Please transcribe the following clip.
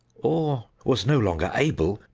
or was no longer able,